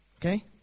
Okay